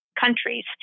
countries